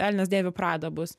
velnias dėvi pradą bus